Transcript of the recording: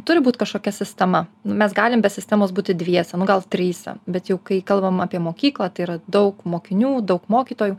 turi būt kažkokia sistema mes galim be sistemos būti dviese nu gal trise bet jau kai kalbam apie mokyklą tai yra daug mokinių daug mokytojų